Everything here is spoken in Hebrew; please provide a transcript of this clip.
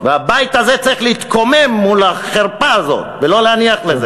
והבית הזה צריך להתקומם מול החרפה הזאת ולא להניח לזה.